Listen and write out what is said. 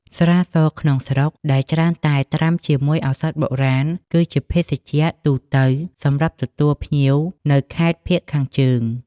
ស្រាសក្នុងស្រុក ដែលច្រើនតែត្រាំជាមួយឱសថបុរាណ គឺជាភេសជ្ជៈទូទៅសម្រាប់ទទួលភ្ញៀវនៅខេត្តភាគខាងជើង។